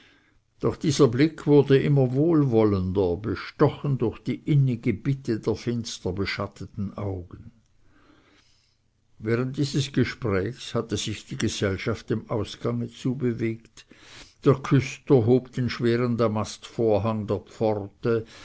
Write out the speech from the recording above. doch dieser blick wurde immer wohlwollender bestochen durch die innige bitte der finster beschatteten augen während dieses gesprächs hatte sich die gesellschaft dem ausgange zubewegt der küster hob den schweren damastvorhang der pforte